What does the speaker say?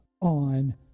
on